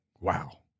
Wow